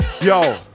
Yo